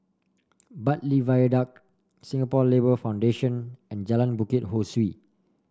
Bbartley Viaduct Singapore Labour Foundation and Jalan Bukit Ho Swee